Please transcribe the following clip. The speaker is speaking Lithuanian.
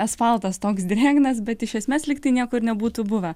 asfaltas toks drėgnas bet iš esmės lyg tai nieko ir nebūtų buvę